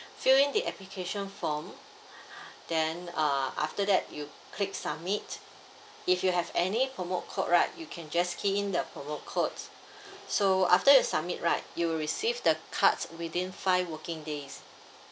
fill in the application form then uh after that you click submit if you have any promo code right you can just key in the promo code so after you submit right you will receive the cards within five working days